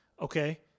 Okay